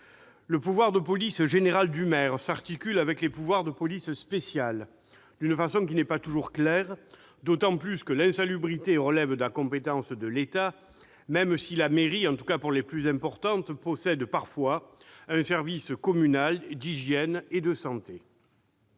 Le pouvoir de police générale du maire s'articule avec les pouvoirs de police spéciale d'une façon qui n'est pas toujours claire, d'autant que l'insalubrité relève de la compétence de l'État, même si la mairie, en tout cas pour les plus importantes, possède parfois un service communal d'hygiène et de santé.